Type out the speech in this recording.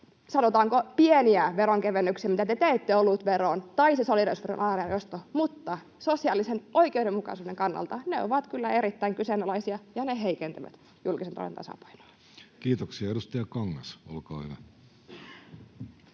sanotaanko, pieniä veronkevennyksiä, mitä te teette olutveroon tai siihen solidaarisuusveron alarajan nostoon, mutta sosiaalisen oikeudenmukaisuuden kannalta ne ovat kyllä erittäin kyseenalaisia ja ne heikentävät julkisen talouden tasapainoa. [Speech 89] Speaker: Jussi Halla-aho